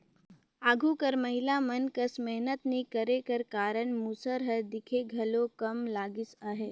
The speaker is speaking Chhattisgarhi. आघु कर महिला मन कस मेहनत नी करे कर कारन मूसर हर दिखे घलो कम लगिस अहे